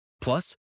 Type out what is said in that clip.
Plus